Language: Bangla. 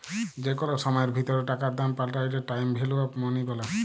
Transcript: যে কল সময়ের ভিতরে টাকার দাম পাল্টাইলে টাইম ভ্যালু অফ মনি ব্যলে